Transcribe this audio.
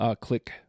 click